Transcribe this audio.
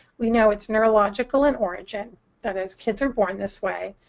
we know it's neurological in origin that is kids are born this way.